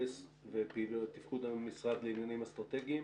ותפקוד המשרד לעניינים אסטרטגיים.